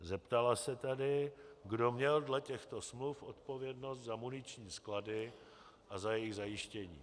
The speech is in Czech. Zeptala se tedy, kdo měl dle těchto smluv odpovědnost za muniční sklady a za jejich zajištění.